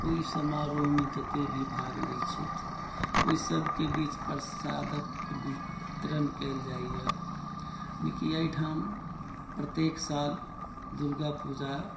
ओहि समारोह मे जते भी भाग लै छथि ओहि सबके बीच प्रसादक वितरण कयल जाइया जेकि अहिठाम प्रत्येक साल दुर्गा पूजा